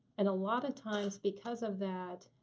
and a lot of times because of that,